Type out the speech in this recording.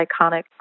iconic